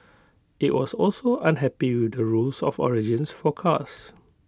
IT was also unhappy with the rules of origins for cars